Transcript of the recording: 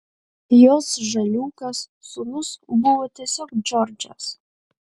jos žaliūkas sūnus buvo tiesiog džordžas